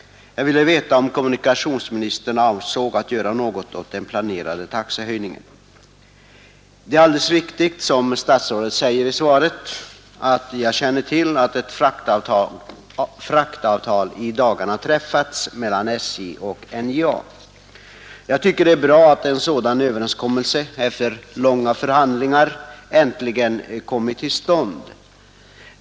Jag ville veta om kommunikationsministern avsåg att göra något åt den planerade taxehöjningen. Det är alldeles riktigt, som statsrådet säger i sitt svar, att ett fraktavtal i dagarna träffats mellan SJ och NJA. Jag tycker att det är bra att en sådan överenskommelse efter långa förhandlingar äntligen kommit till stånd.